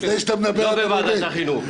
לא רק בוועדת החינוך,